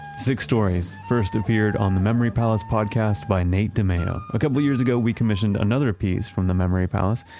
six stories first appeared on the memory palace podcast by nate dimeo. a couple of years ago, we commissioned another piece from the memory palace,